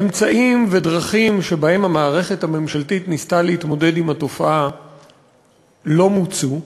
אמצעים ודרכים שבהם המערכת הממשלתית ניסתה להתמודד עם התופעה לא מוצו.